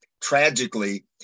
tragically